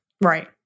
Right